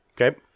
Okay